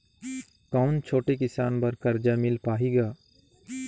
कौन छोटे किसान बर कर्जा मिल पाही ग?